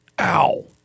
Ow